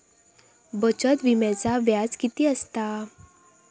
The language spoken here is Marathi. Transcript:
बचत विम्याचा व्याज किती असता?